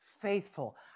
faithful